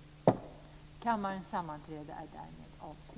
jag återkomma till.